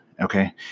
okay